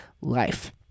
life